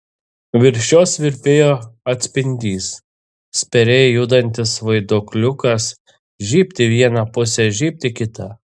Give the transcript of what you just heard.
virš jos virpėjo atspindys spėriai judantis vaiduokliukas žybt į vieną pusę žybt į kitą